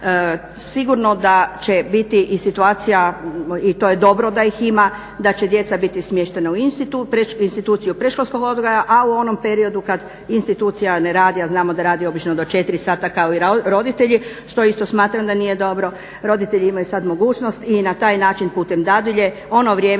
sigurno da će biti i situacija i to je dobro da ih ima, da će djeca biti smještena u instituciju predškolskog odgoja, a u onom periodu kad institucija ne radi a znamo da radi obično do 4 sata kao i roditelji što isto smatram da nije dobro. Roditelji imaju sad mogućnost i na taj način putem dadilje ono vrijeme